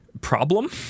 problem